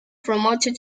promoted